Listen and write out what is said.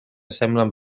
semblen